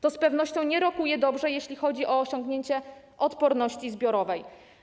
To z pewnością nie rokuje dobrze, jeśli chodzi o osiągnięcie odporności zbiorowej.